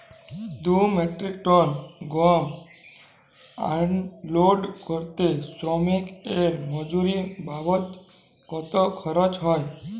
দুই metric ton গম unload করতে শ্রমিক এর মজুরি বাবদ কত খরচ হয়?